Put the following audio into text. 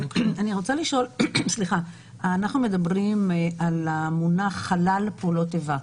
אנחנו מדברים על המונח חלל פעולות איבה,